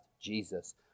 Jesus